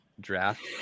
draft